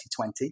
2020